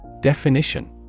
Definition